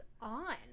on